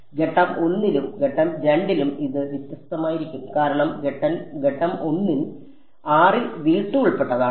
ഘട്ടം 1 ലും ഘട്ടം 2 ലും ഇത് വ്യത്യസ്തമായിരിക്കും കാരണം ഘട്ടം 1 r ൽ ഉൾപ്പെട്ടതാണ്